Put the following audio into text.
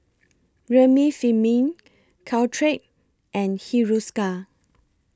Remifemin Caltrate and Hiruscar